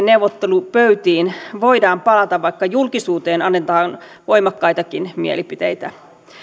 neuvottelupöytiin voidaan palata vaikka julkisuuteen annetaan voimakkaitakin mielipiteitä